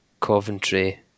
Coventry